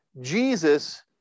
jesus